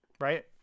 right